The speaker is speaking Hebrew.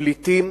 פליטים,